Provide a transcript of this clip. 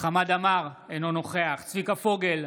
חמד עמאר, אינו נוכח צביקה פוגל,